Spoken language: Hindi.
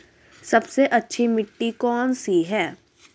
सबसे अच्छी मिट्टी कौन सी है?